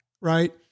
right